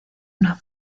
una